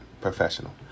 professional